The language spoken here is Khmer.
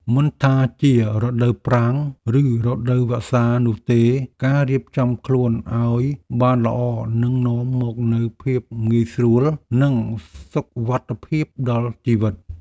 មិនថាជារដូវប្រាំង ឬរដូវវស្សានោះទេ ការរៀបចំខ្លួនឱ្យបានល្អនឹងនាំមកនូវភាពងាយស្រួល និងសុវត្ថិភាពដល់ជីវិត។